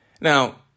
Now